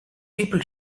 people